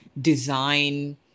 design